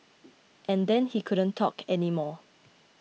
and then he couldn't talk anymore